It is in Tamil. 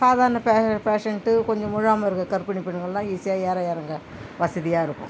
சாதாரண பே பேசண்ட்டு கொஞ்சம் முழுகாமல் இருக்கற கர்ப்பிணி பெண்கள்லாம் ஈஸியாக ஏற இறங்க வசதியாக இருக்கும்